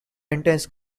intense